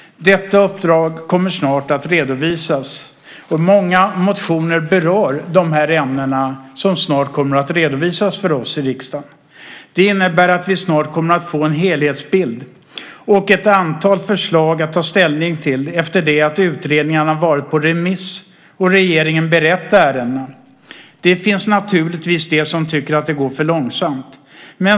Detta uppdrag kommer snart att redovisas. Många motioner berör de här ämnena som snart kommer att redovisas för oss i riksdagen. Det innebär att vi snart kommer att få en helhetsbild och ett antal förslag att ta ställning till efter det att utredningarna har varit på remiss och regeringen har berett ärendena. Det finns naturligtvis de som tycker att det går för långsamt.